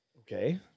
Okay